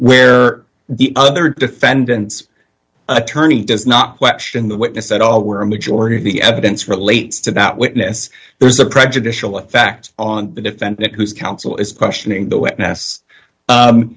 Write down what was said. where the other defendant's attorney does not question the witness at all where a majority of the evidence relates to that witness there's a prejudicial effect on the defendant whose counsel is questioning the witness